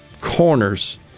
corners